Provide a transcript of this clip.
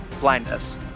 blindness